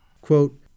Quote